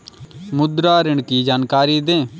मुद्रा ऋण की जानकारी दें?